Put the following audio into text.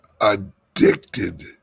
addicted